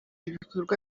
ibikorwa